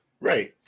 right